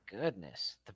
goodness